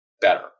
better